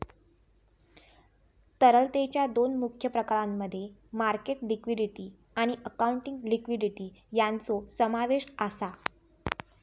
तरलतेच्या दोन मुख्य प्रकारांमध्ये मार्केट लिक्विडिटी आणि अकाउंटिंग लिक्विडिटी यांचो समावेश आसा